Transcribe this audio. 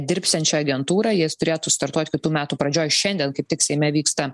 dirbsiančią agentūrą jis turėtų startuot kitų metų pradžioj šiandien kaip tik seime vyksta